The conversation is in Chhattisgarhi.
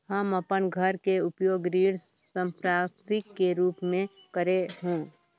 हमन अपन घर के उपयोग ऋण संपार्श्विक के रूप म करे हों